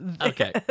okay